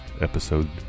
Episode